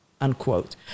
unquote